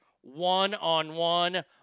One-on-one